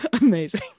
amazing